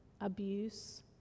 abuse